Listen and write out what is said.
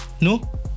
No